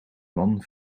man